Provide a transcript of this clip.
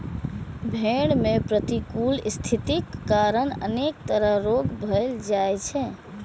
भेड़ मे प्रतिकूल स्थितिक कारण अनेक तरह रोग भए जाइ छै